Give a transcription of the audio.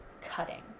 cutting